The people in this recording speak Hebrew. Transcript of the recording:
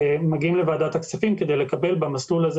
לוועדת הכספים כדי לקבל במסלול הזה